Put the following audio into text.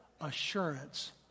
assurance